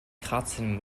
kratzen